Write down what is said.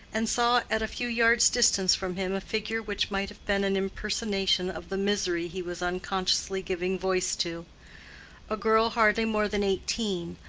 and saw at a few yards' distant from him a figure which might have been an impersonation of the misery he was unconsciously giving voice to a girl hardly more than eighteen,